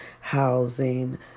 housing